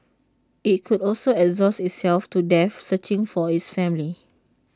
IT could also exhaust itself to death searching for its family